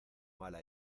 mala